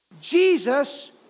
Jesus